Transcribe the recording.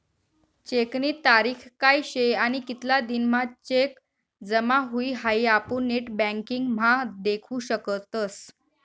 चेकनी तारीख काय शे आणि कितला दिन म्हां चेक जमा हुई हाई आपुन नेटबँकिंग म्हा देखु शकतस